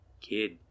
Kid